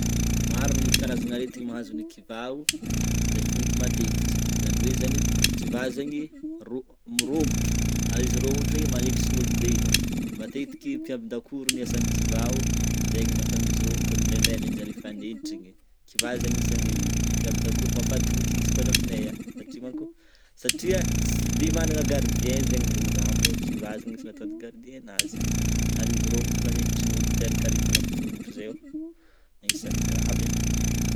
Maro ny karazana aretiny mahazo ny kivà ô, le foita matetiky, zany hoe zany kivà zegny mirômotro ary izy romotro igny manekitry olombelogno matetiky mpiambin-dakoro ny asan'ny kivà ô zegny mahatonga izy romotro indrendre amenjareo fanenitra igny kivà zegny anisany mpiambin-dakoro mafatoky izy amine agny satria manko- satria tsy de managna gardien zegny le olo agny fotrogny kivà zany atony gardien nazy ary izy romotro manekitry olo miteraka aretina aminy togntro ze ô anisany gravy an.